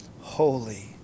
holy